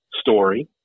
story